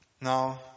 Now